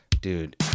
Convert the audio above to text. Dude